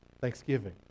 thanksgiving